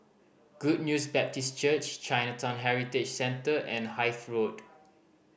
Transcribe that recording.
Good News Baptist Church Chinatown Heritage Centre and Hythe Road